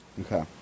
Okay